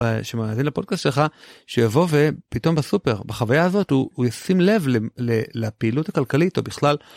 שמאזין לפודקאסט שלך שיבוא ופתאום בסופר בחוויה הזאת הוא ישים לב לפעילות הכלכלית או בכלל.